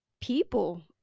people